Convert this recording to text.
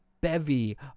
bevy